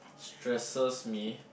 stresses me